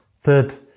Third